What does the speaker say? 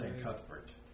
Cuthbert